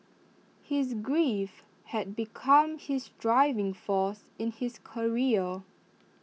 his grief had become his driving force in his career